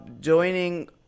joining